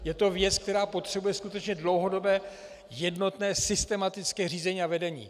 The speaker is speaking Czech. Je to věc, která potřebuje skutečně dlouhodobé jednotné systematické řízení a vedení.